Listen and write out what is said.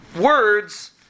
words